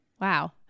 wow